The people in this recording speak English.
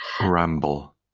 ...ramble